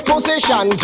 Position